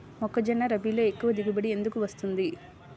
మొక్కజొన్న రబీలో ఎక్కువ దిగుబడి ఎందుకు వస్తుంది?